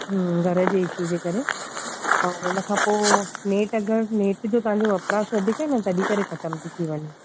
घर जे इशू जे करे ऐं उन खां पोइ नेट अगरि नेट जो तव्हांजो वपराश वधीक आहिनि तॾहिं करे खतम थो थी वञे